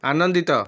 ଆନନ୍ଦିତ